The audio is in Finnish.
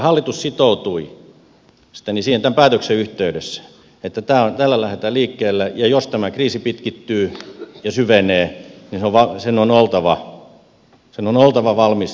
hallitus sitoutui tämän päätöksen yhteydessä siihen että tällä lähdetään liikkeelle ja jos tämä kriisi pitkittyy ja syvenee niin sen on oltava valmis lisätoimenpiteisiin